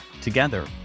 Together